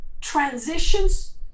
transitions